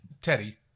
Teddy